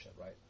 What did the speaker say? right